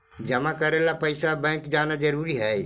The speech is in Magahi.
जमा करे ला पैसा बैंक जाना जरूरी है?